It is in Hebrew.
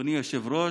אדוני היושב-ראש,